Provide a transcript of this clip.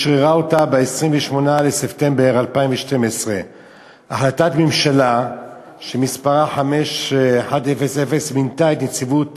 והיא אשררה אותה ב-28 בספטמבר 2012. החלטת ממשלה שמספרה 5100 מינתה את נציבות